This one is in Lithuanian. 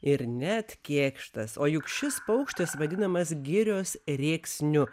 ir net kėkštas o juk šis paukštis vadinamas girios rėksniu